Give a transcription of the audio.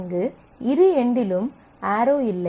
அங்கு இரு என்டிலும் ஆரோ இல்லை